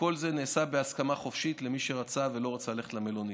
וכל זה נעשה בהסכמה חופשית למי שרצה ולא רצה ללכת למלונית.